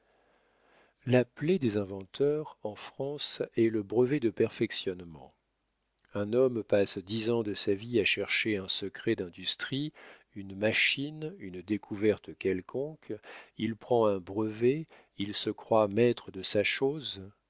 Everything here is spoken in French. la plaie des inventeurs en france est le brevet de perfectionnement un homme passe dix ans de sa vie à chercher un secret d'industrie une machine une découverte quelconque il prend un brevet il se croit maître de sa chose